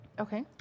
Okay